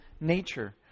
nature